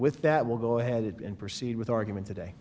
with that we'll go ahead and proceed with argument today